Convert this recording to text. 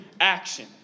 action